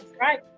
right